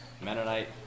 Mennonite